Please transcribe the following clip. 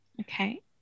Okay